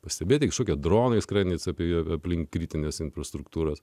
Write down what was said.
pastebėti tik sukę droviai skrandis apėjome aplink kritinės infrastruktūros